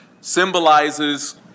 symbolizes